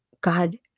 God